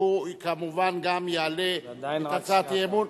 כמובן הוא גם יעלה את הצעת האי-אמון